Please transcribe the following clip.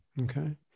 Okay